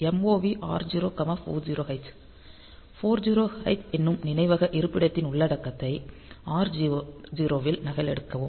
MOV R040h 40h என்னும் நினைவக இருப்பிடத்தின் உள்ளடக்கத்தை R0 வில் நகலெடுக்கவும்